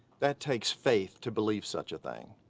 that takes faith to believe such a thing.